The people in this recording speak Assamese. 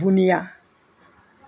বুন্দিয়া